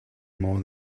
more